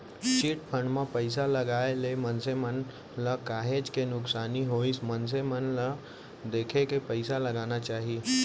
chit fund म पइसा लगाए ले मनसे मन ल काहेच के नुकसानी होइस मनसे मन ल देखे के पइसा लगाना चाही